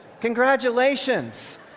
congratulations